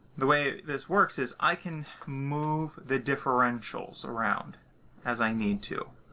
the way this works is i can move the differentials around as i need to.